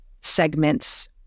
segments